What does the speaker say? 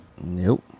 Nope